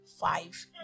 five